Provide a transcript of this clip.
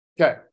Okay